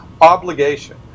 obligation